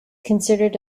considered